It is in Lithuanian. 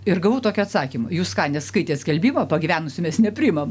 ir gavau tokį atsakymą jūs neskaitėt skelbimo pagyvenusių mes nepriimam